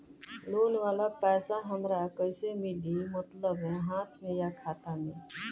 Loan वाला पैसा हमरा कइसे मिली मतलब हाथ में या खाता में?